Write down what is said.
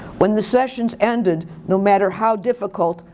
when the sessions ended, no matter how difficult,